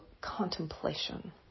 contemplation